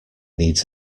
needs